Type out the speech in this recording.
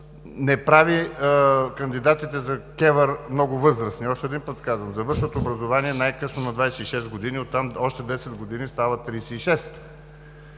не прави кандидатите за КЕВР много възрастни. Още един път казвам – завършват образование най-късно на 26 години, оттам още 10 години, стават